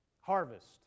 harvest